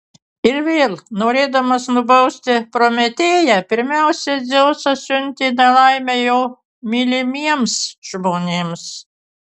ir vėl norėdamas nubausti prometėją pirmiausia dzeusas siuntė nelaimę jo mylimiems žmonėms